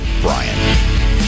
brian